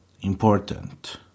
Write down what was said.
important